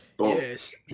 Yes